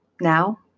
Now